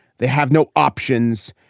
they have no options.